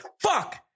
Fuck